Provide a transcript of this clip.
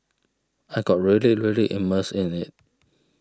I got really really immersed in it